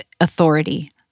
authority